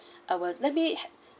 I will let me